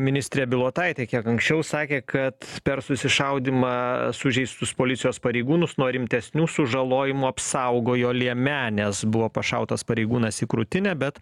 ministrė bilotaitė kiek anksčiau sakė kad per susišaudymą sužeistus policijos pareigūnus nuo rimtesnių sužalojimų apsaugojo liemenės buvo pašautas pareigūnas į krūtinę bet